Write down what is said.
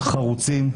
חרוצים,